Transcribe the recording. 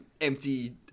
empty